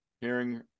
hearing